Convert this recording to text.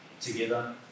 together